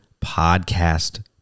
Podcast